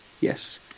Yes